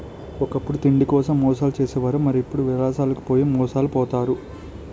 ఒకప్పుడు తిండికోసం మోసాలు చేసే వారు మరి ఇప్పుడు విలాసాలకు పోయి మోసాలు పోతారు